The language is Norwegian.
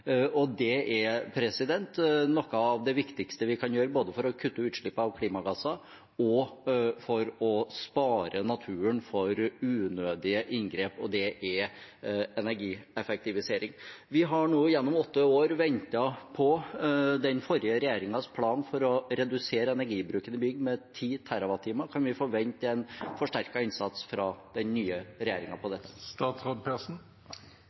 Det er noe av det viktigste vi kan gjøre både for å kutte utslippene av klimagasser og for å spare naturen for unødige inngrep, og det er energieffektivisering. Vi har nå gjennom åtte år ventet på den forrige regjeringens plan for å redusere energibruken i bygg med 10 TWh. Kan vi forvente en forsterket innsats fra den nye regjeringen på